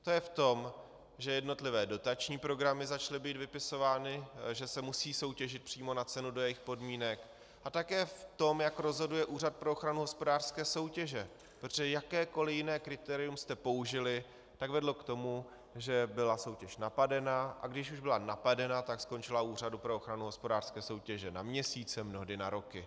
To je v tom, že jednotlivé dotační programy začaly být vypisovány, že se musí soutěžit přímo na cenu, do jejich podmínek, a také v tom, jak rozhoduje Úřad pro ochranu hospodářské soutěže, protože jakékoli jiné kritérium jste použili, tak vedlo k tomu, že byla soutěž napadena, a když už byla napadena, tak skončila u Úřadu pro ochranu hospodářské soutěže na měsíce, mnohdy na roky.